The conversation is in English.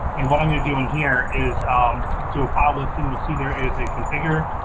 and what i'm gonna do in here is do a file listing, we'll see there is a configure,